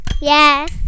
yes